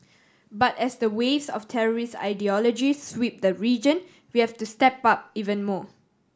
but as the waves of terrorist ideology sweep the region we have to step up even more